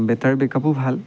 battery বেক আপো ভাল